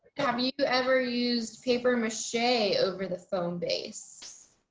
have you ever used paper, miss shay over the phone base.